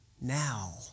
now